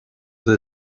the